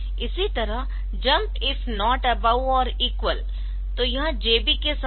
इसी तरह jump if not above or equal तो यह JB के समान है